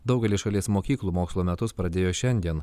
daugelyje šalies mokyklų mokslo metus pradėjo šiandien